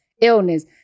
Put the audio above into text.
illness